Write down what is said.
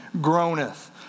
groaneth